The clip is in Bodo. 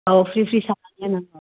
औ फ्रि फ्रि सारगोन आं